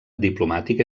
diplomàtic